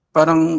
Parang